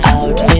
out